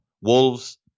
Wolves